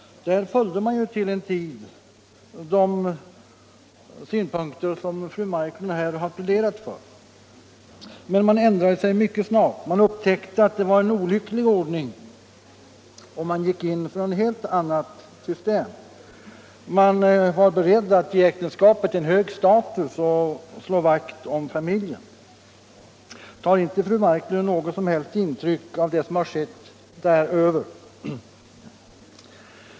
Där följde man ju till en tid de riktlinjer som fru Marklund här har pläderat för. Men man ändrade sig mycket snart. Man upptäckte att det var en olycklig ordning och man gick in för ett helt annat system. Man var beredd att ge äktenskapet hög status och slå vakt om familjen. Tar inte fru Marklund något som helst intryck av det som skett där?